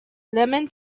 lemon